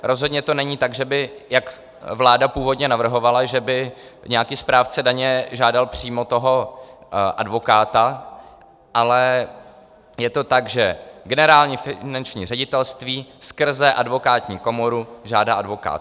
Rozhodně to není tak, jak vláda původně navrhovala, že by nějaký správce daně žádal přímo toho advokáta, ale je to tak, že Generální finanční ředitelství skrze advokátní komoru žádá advokáta.